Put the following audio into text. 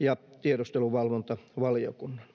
ja tiedusteluvalvontavaliokunnan.